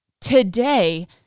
today